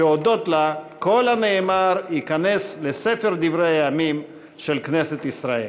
שהודות לה כל הנאמר ייכנס לספר דברי הימים של כנסת ישראל,